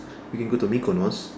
we can go to mikonos